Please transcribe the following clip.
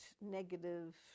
negative